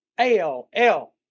A-L-L